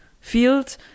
field